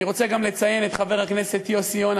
אני רוצה גם לציין את חבר הכנסת יוסי יונה,